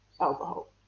alcohol